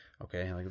Okay